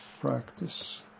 practice